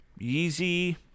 Yeezy